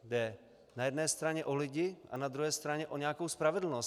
Jde na jedné straně o lidi a na druhé straně o nějakou spravedlnost.